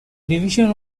division